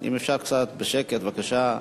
אם אפשר קצת שקט בבקשה.